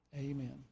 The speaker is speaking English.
amen